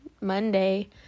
Monday